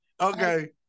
Okay